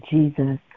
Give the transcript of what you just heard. Jesus